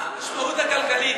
מה המשמעות הכלכלית?